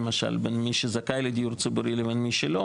למשל בין מי שזכאי לדיור ציבורי לבין מי שלא